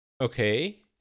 Okay